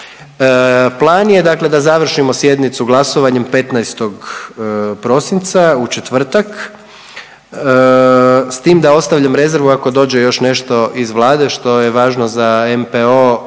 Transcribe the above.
dakle da završimo sjednicu glasovanje 15. prosinca u četvrtak s tim da ostavljam rezervu ako dođe još nešto iz Vlade što je važno za NPO